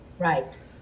Right